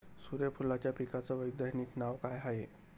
सुर्यफूलाच्या पिकाचं वैज्ञानिक नाव काय हाये?